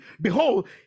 Behold